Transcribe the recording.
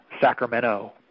Sacramento